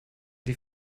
die